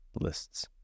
lists